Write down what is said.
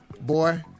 Boy